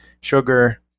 sugar